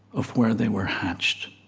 of where they were hatched